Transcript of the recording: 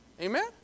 Amen